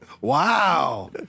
Wow